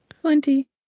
Twenty